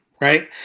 right